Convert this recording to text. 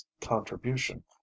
contribution